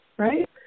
Right